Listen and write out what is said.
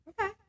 okay